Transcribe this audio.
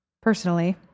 personally